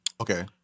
Okay